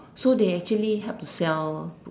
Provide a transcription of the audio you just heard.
so they help to sell